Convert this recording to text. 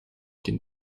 dem